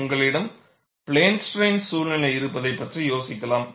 உங்களிடம் plane strain சூழ்நிலை இருப்பதை பற்றி யோசிக்கலாம்